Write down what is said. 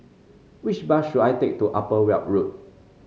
which bus should I take to Upper Weld Road